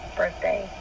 birthday